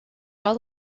our